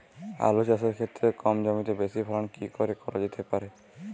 আলু চাষের ক্ষেত্রে কম জমিতে বেশি ফলন কি করে করা যেতে পারে?